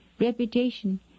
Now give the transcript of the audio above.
reputation